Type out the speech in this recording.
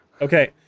Okay